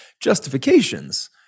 justifications